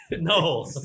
no